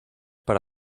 para